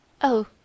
Oh